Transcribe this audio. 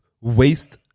waste